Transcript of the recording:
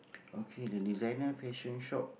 okay the designer fashion shop